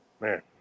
man